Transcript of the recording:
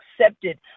accepted